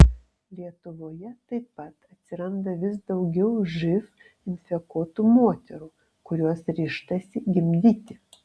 lietuvoje taip pat atsiranda vis daugiau živ infekuotų moterų kurios ryžtasi gimdyti